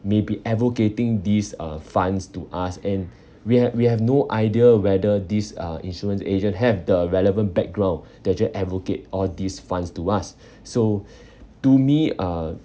may be advocating these uh funds to us and we have we have no idea whether these uh insurance agent have the relevant background they just advocate all these funds to us so to me uh